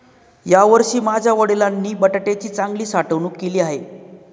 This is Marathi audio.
यावर्षी माझ्या वडिलांनी बटाट्याची चांगली साठवणूक केली आहे